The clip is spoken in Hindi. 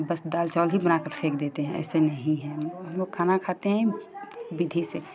बस दाल चावल ही बना कर फेंक देते हैं ऐसा नहीं है हम लोग हम लोग खाना खाते हैं विधि से